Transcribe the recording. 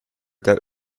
that